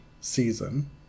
season